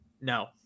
no